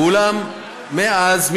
ואולם מאז,